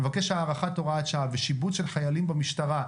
הארכת הוראת שעה ושיבוץ של חיילים במשטרה,